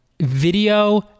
video